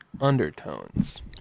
undertones